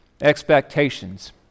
expectations